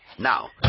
Now